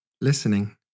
listening